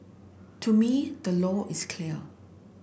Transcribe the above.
to me the law is clear